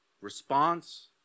Response